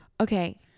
Okay